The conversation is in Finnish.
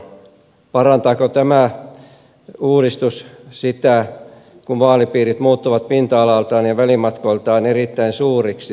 parantaako tämä uudistus sitä kun vaalipiirit muuttuvat pinta alaltaan ja välimatkoiltaan erittäin suuriksi